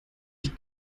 ich